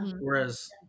Whereas